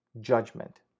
judgment